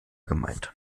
gemeint